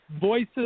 Voices